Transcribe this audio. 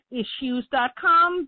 issues.com